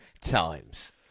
times